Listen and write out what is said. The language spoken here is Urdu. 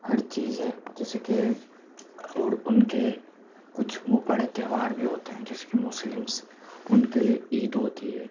ہر چیز ہے جیسے کہ اور ان کے کچھ وہ بڑے تہوار بھی ہوتے ہیں جیسے کہ مسلم ان کے لئے عید ہوتی ہے